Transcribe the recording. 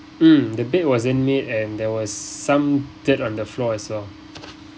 mm the bed wasn't made and there was some dirt on the floor as well